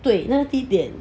对那个第一点